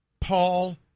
Paul